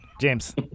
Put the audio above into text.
James